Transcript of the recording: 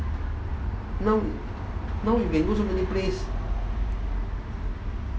now now you can go so many place